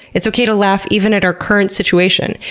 it's okay to laugh even at our current situation.